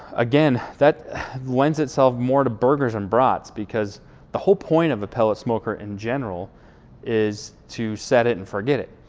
again, that lends itself more to burgers and brats because the whole point of a pellet smoker in general is to set it and forget it.